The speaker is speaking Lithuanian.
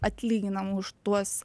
atlyginama už tuos